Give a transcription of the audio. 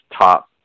top